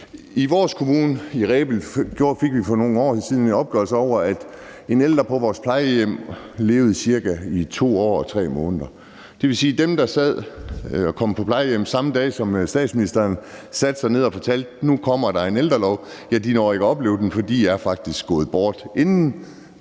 I vores kommune, Rebild Kommune, fik vi for nogle år siden en opgørelse, der viste, at en ældre på vores plejehjem levede i ca. 2 år og 3 måneder. Det vil sige, at dem, der kom på plejehjem samme dag, som statsministeren satte sig ned og fortalte, at nu kommer der en ældrelov, ikke når at opleve den, for de er faktisk gået bort inden,